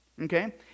Okay